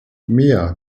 mia